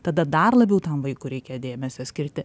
tada dar labiau tam vaikui reikia dėmesio skirti